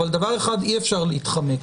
אבל מדבר אחד אי-אפשר להתחמק,